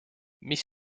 mis